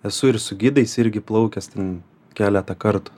esu ir su gidais irgi plaukęs ten keletą kartų